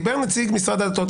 דיבר נציג משרד הדתות,